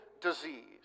disease